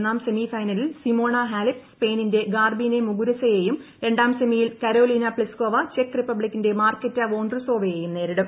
ഒന്നാം സെമി ഫൈനലിൽ Simona Halep സ്പെയിനിന്റെ ഗാർബിനെ മുഗുരസയെയും രണ്ടാം സെമിയിൽ കരോലിന പ്ലിസ്കോവ ചെക്ക് റിപ്പബ്ലിക്കിന്റെ മാർക്കെറ്റ വോൻഡ്രുസ്ലോവയെ നേരിടും